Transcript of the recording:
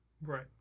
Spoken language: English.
Right